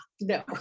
no